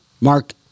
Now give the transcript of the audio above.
mark